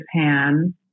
Japan